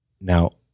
Now